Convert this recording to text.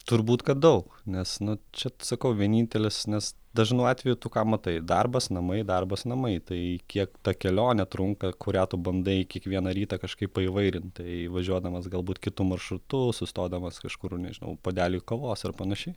turbūt kad daug nes nu čia sakau vienintelis nes dažnu atveju tu ką matai darbas namai darbas namai tai kiek ta kelionė trunka kurią tu bandai kiekvieną rytą kažkaip paįvairint tai važiuodamas galbūt kitu maršrutu sustodamas kažkur nežinau puodeliui kavos ar panašiai